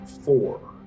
four